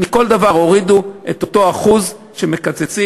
מכל דבר הורידו את אותו אחוז שמקצצים,